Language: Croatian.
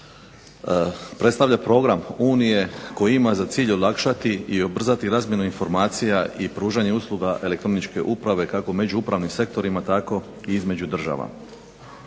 predstavlja program Unije koji ima za cilj olakšati i ubrzati razmjenu informacija i pružanje usluga elektroničke uprave kako među upravnim sektorima tako i između država.